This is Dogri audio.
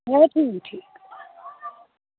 एह् ठीक ठीक